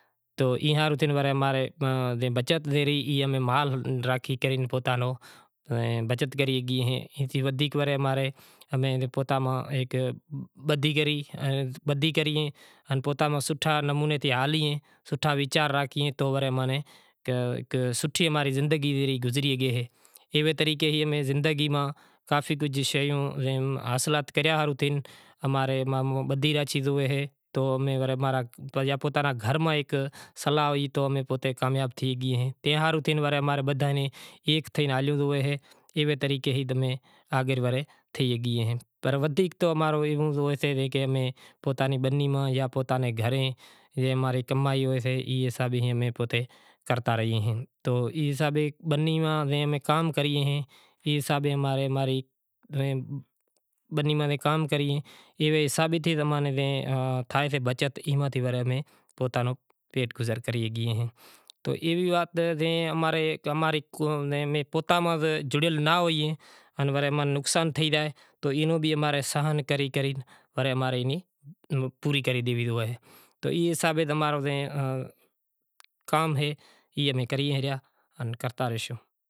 تو ایئے ہاروں تھے امیں بچت تھے رہی ای امیں مال راکھی کرے بچت کری گی ہیں ودھیک امیں بدہی کری پوتا میں سوٹھا نمونا تھیں ہالیں سوٹھا ویچار راکھو کہ سوٹھی اماری زندگی گزری اے ایوے طریقے امیں زندگی ماں کافی کجھ شیوں حاصلات کریا ہاروں تھے ماں رے امیں بدہی راکھشوں تو گھر ماں ایک ہلاواں تو کامیاب تھے گئی ای ماں تھے اماں بدہاں ہیک تھی ہلیو پنڑ ودھیک امارو ای سے کہ پوتا نی بنی ماں جاں پوتاں نی گھرے زے ماں رے کمائی ہاسے ای حساب اے بنی ماں جے ماں کام کری ایں ای حساب اے ماں رے بنی ماں کام کری ایں ای حساب تھی اماں نیں تھائیسے بچت ای ماں امیں پوتانو پعٹ گزر کرے گی ہیں، ورے اماں ناں ورے نقصان تھی زائے تو ای ماں امیں ساہن کری کری ورے اماں ری ایئں پوری کرے ڈیوے تو ای حساب اے کی ای امارو کام اے ای امیں کری ریا۔